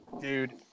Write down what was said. dude